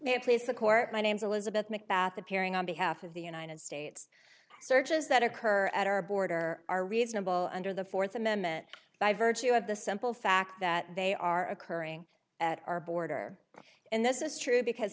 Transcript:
court my name is elizabeth macbeth appearing on behalf of the united states searches that occur at our border are reasonable under the fourth amendment by virtue of the simple fact that they are occurring at our border and this is true because